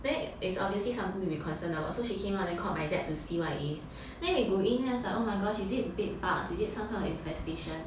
then it's obviously something to be concerned about so she came out then called my dad to see what it is then we go in its like oh my gosh is it bed bugs is it some kind of infestation